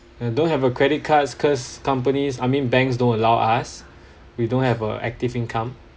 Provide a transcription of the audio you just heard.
I don't have a credit cards cause companies I mean banks don't allow us we don't have a active income